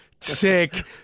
sick